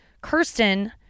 Kirsten